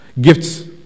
gifts